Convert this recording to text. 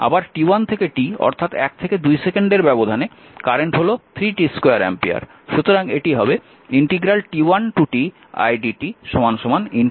আবার t1 থেকে t অর্থাৎ 1 থেকে 2 সেকেন্ডের ব্যবধানে কারেন্ট হল 3t2 অ্যাম্পিয়ার